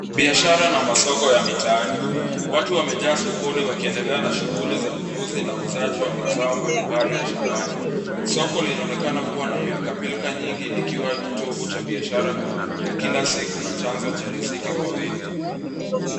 Biashara na masoko ya mitaani , watu wamejaa sokoni wakiendelea na shughuli za ununuzi na uuzaji wa mazao mbali mbali ya shambani. Soko linaonekana kuwa na pilka pilka nyingi, likiwa kitovu cha biashara ya kila siku na chanzo cha riziki kwa wengi.